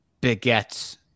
begets